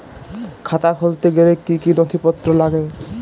খাতা খুলতে গেলে কি কি নথিপত্র লাগে?